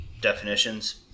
definitions